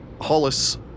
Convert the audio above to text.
Hollis